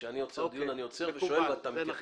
כשאני עוצר דיון אני עוצר ושואל, ואתה מתייחס.